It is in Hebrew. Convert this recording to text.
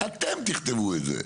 אתם תכתבו את זה.